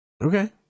Okay